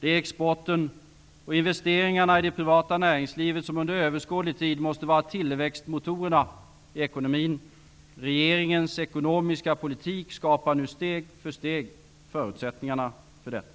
Exporten och investeringarna i det privata näringslivet måste under överskådlig tid vara tillväxtmotorerna i ekonomin. Regeringens ekonomiska politik skapar nu steg för steg förutsättningarna för detta.